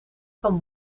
van